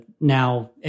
now